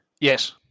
Yes